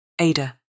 Ada